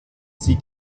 sie